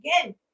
again